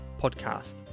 podcast